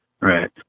Right